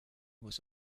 was